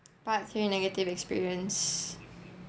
part three negative experience